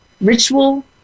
ritual